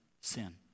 sin